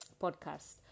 podcast